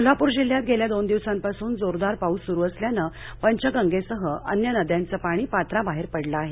कोल्हापूर जिल्ह्यात गेल्या दोन दिवसांपासून जोरदार पाऊस सुरू असल्यानं पंचगंगेसह अन्य नदयांचं पाणी पात्राबाहेर पडलं आहे